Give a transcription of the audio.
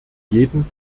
jeden